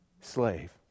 slave